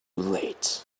late